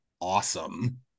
awesome